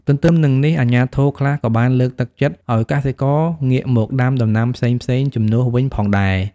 ទន្ទឹមនឹងនេះ អាជ្ញាធរខ្លះក៏បានលើកទឹកចិត្តឲ្យកសិករងាកមកដាំដំណាំផ្សេងៗជំនួសវិញផងដែរ។